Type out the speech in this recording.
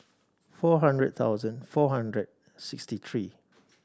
four hundred thousand four hundred sixty three